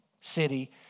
city